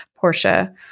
Portia